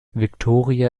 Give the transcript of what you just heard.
victoria